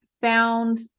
found